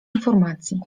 informacji